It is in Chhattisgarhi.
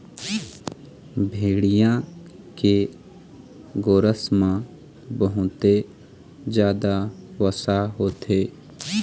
भेड़िया के गोरस म बहुते जादा वसा होथे